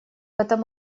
этом